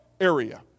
area